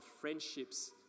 friendships